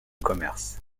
commerce